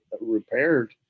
repaired